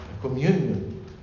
communion